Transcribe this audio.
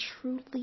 truly